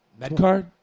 Medcard